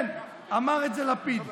כן, אמר את זה לפיד.